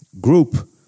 group